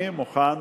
שאני מוכן